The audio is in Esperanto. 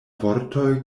vortoj